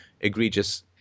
egregious